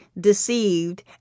deceived